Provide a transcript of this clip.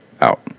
Out